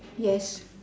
yes